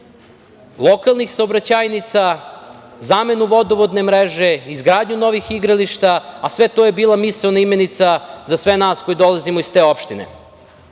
lokalnih saobraćajnica, zamenu vodovodne mreže, izgradnju novih igrališta, a sve to je bila misaona imenica za sve nas koji dolazimo iz te opštine. Kada